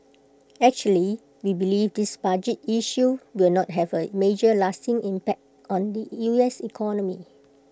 actually we believe this budget issue will not have A major lasting impact on the U S economy